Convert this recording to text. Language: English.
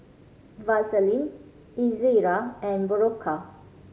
Vaselin Ezerra and Berocca